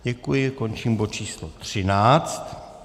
Děkuji, končím bod číslo 13.